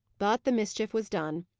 but the mischief was done.